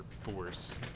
force